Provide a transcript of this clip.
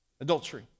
adultery